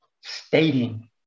stating